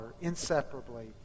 inseparably